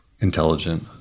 intelligent